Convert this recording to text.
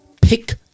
pick